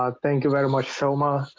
ah thank you very much soma, ah,